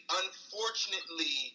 unfortunately